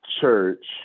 church